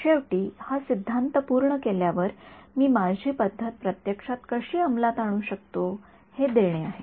तर शेवटी हा सिद्धांत पूर्ण केल्यावर मी माझी पद्धत प्रत्यक्षात कशी अंमलात आणू शकतो हे देणे आहे